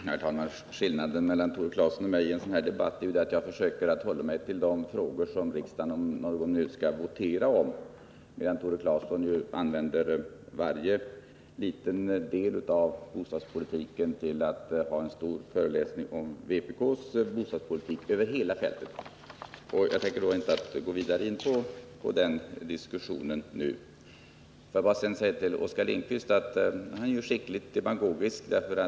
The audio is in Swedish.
Herr talman! Skillnaden mellan Tore Claeson och mig i denna debatt är att jag försöker hålla mig till de frågor som kammaren om några minuter skall votera om medan Tore Claeson använder varje liten del av bostadspolitiken till att hålla en stor föreläsning om vpk:s bostadspolitik över hela fältet. Jag tänker nu inte gå vidare in på en sådan diskussion. Får jag sedan säga till Oskar Lindkvist att han är demagogiskt skicklig.